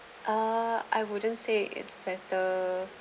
uh I wouldn't say it's better